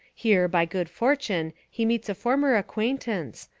here by good fortune he meets a former acquaintance,